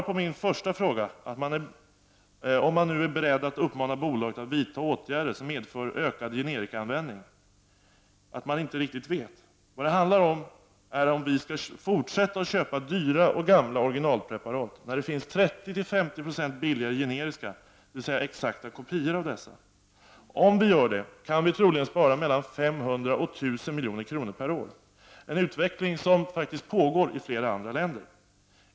På min första fråga, om man är beredd att uppmana bolaget att vidta åtgärder som medför ökad generikaanvändning, svarar statsrådet att man inte riktigt vet. Vad det handlar om är om vi skall fortsätta att köpa dyra och gamla originalpreparat, när det finns 30-50 26 billigare generiska, dvs. exakta kopior. Om vi gör det kan vi troligen spara mellan 500 och 1 000 milj.kr. per år. En utveckling av det slaget pågår faktiskt i flera andra länder.